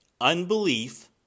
Unbelief